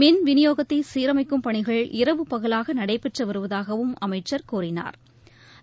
மின் விநியோகத்தை சீரமைக்கும் பணிகள் இரவு பகலாக நடைபெற்று வருவதாகவும் அமைச்ச் கூறினாா்